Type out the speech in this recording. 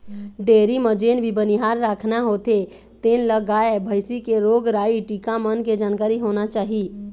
dairy म जेन भी बनिहार राखना होथे तेन ल गाय, भइसी के रोग राई, टीका मन के जानकारी होना चाही